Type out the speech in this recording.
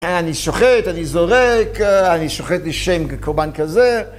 אני שוחט, אני זורק, אני שוחט לשם קורבן כזה.